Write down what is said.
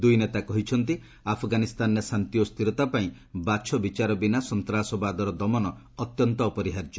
ଦୂଇ ନେତା କହିଛନ୍ତି ଆଫଗାନିସ୍ତାନରେ ଶାନ୍ତି ଓ ସ୍ଥିରତା ପାଇଁ ବାଛବିଚାର ବିନା ସନ୍ତାସବାଦର ଦମନ ଅତ୍ୟନ୍ତ ଅପରିହାର୍ଯ୍ୟ